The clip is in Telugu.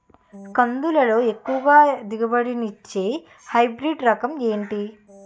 కందుల లో ఎక్కువ దిగుబడి ని ఇచ్చే హైబ్రిడ్ రకం ఏంటి?